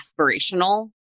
aspirational